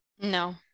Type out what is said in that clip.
No